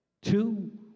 Two